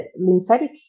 lymphatic